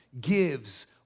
gives